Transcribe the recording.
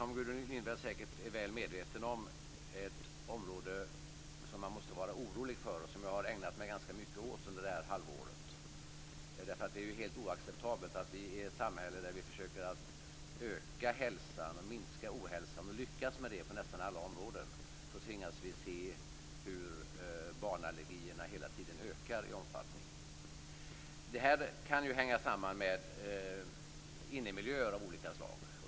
Som Gudrun Lindvall säkert är väl medveten om är barnallergier ett område som man måste vara orolig för och som jag ha ägnat mig ganska mycket åt under detta halvår. Det är helt oacceptabelt att vi i ett samhälle där vi försöker att öka hälsan och minska ohälsan, och lyckas med det på nästan alla områden, tvingas se hur barnallergierna hela tiden ökar i omfattning. Det kan hänga samman med innemiljöer av olika slag.